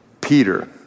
Peter